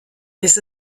ist